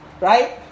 Right